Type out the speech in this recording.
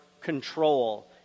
control